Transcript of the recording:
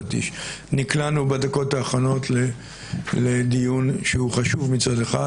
נקלענו בדקות האחרונות לדיון שהוא חשוב מצד אחד,